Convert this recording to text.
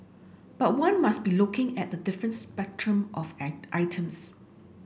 but one must be looking at a different spectrum of items